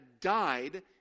died